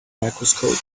microscope